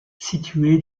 situé